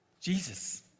Jesus